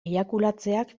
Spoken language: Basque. eiakulatzeak